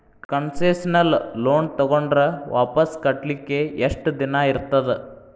Concessional loan ತಗೊಂಡ್ರ್ ವಾಪಸ್ ಕಟ್ಲಿಕ್ಕೆ ಯೆಷ್ಟ್ ದಿನಾ ಇರ್ತದ?